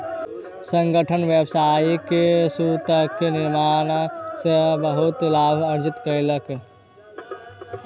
संगठन व्यावसायिक सूतक निर्माण सॅ बहुत लाभ अर्जित केलक